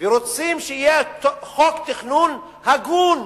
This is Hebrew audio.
ורוצים שיהיה חוק תכנון הגון,